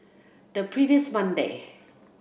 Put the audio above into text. the previous Monday